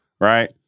right